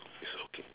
it's okay